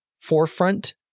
forefront